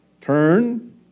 Turn